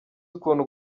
ukuntu